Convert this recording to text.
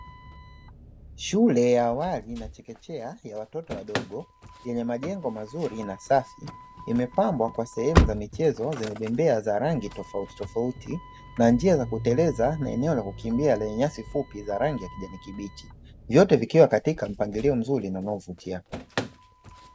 Shule ya awali nachekechea ya watoto wadogo yenye majengo mazuri na safi imepambwa kwa sehemu za michezo zenye bembea za rangi tofauti tofauti na njia za kuteleza na eneo la kukimbia lenye nyasi fupi za rangi ya kijani kibichi, vyote viikiwa katika mpangilio mzuri na unaovutia.